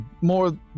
more